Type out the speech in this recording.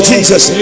Jesus